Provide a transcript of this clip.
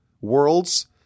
worlds